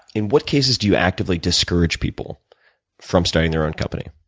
in what cases do you actively discourage people from starting their own company?